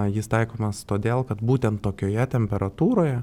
jis taikomas todėl kad būtent tokioje temperatūroje